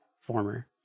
former